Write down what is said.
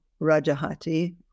Rajahati